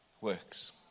works